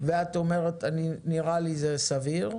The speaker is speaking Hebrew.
את אומרת שנראה לך שזה סביר,